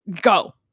Go